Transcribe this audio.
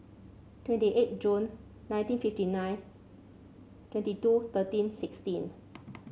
twenty eight June nineteen fifty nine twenty two thirteen sixteen